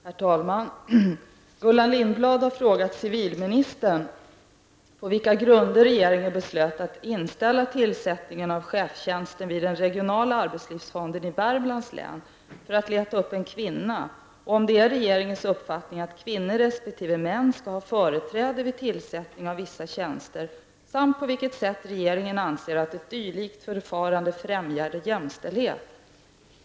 Herr talman! Gullan Lindblad har frågat civilministern på vilka grunder regeringen beslöt att inställa tillsättningen av chefstjänsten vid den regionala arbetslivsfonden i Värmlands län för att leta upp en kvinna och om det är regeringens uppfattning att kvinnor respektive män skall ha företräde vid tillsättningen av vissa tjänster samt på vilket sätt regeringen anser att ett dylikt förfarande främjar jämställdhet.